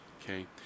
okay